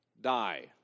die